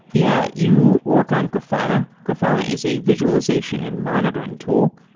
yeah. you work on grafana. grafana is a visualization and monitoring tool.